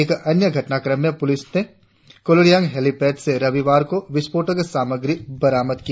एक अन्य घटनाक्रम में पुलिस ने कोलोरियांग हेलिपेड से रविवार को विस्फोटक सामग्री बरामद किया